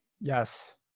Yes